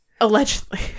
Allegedly